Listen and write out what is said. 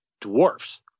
dwarfs